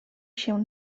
się